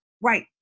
Right